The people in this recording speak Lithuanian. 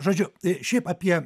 žodžiu šiaip apie